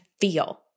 feel